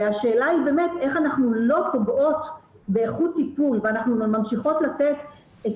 השאלה איך אנחנו לא פוגעים באיכות הטיפול ואנחנו ממשיכים לתת את